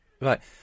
Right